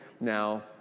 now